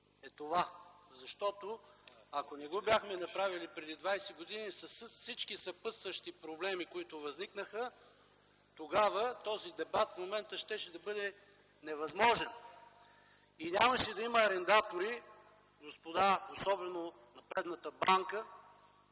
е това. Ако не го бяхме направили преди 20 години с всички съпътстващи проблеми, които възникнаха, тогава този дебат в момента щеше да бъде невъзможен. Нямаше да има арендатори, господа особено на предната банка,